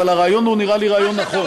אבל הרעיון נראה לי רעיון נכון.